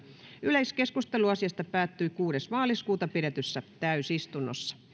yleiskeskustelu asiasta päättyi kuudes kolmatta kaksituhattayhdeksäntoista pidetyssä täysistunnossa